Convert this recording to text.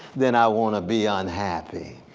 then i want to be ah unhappy.